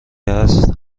است